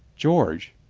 george,